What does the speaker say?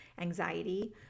anxiety